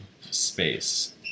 space